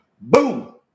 boom